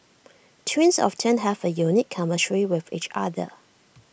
twins often have A unique chemistry with each other